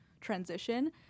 transition